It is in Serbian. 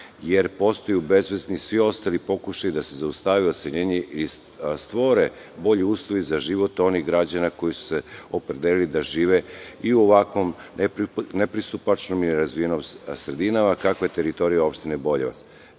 jer postaju besvesni svi ostali pokušaji da se zaustavi odseljenje i stvore bolji uslovi za život onih građana koji su se opredelili da žive u ovakvim nepristupačnim i nerazvijenim sredinama, kakva je teritorija opštine Boljevac.